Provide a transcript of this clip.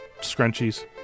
scrunchies